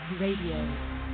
Radio